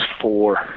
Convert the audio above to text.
four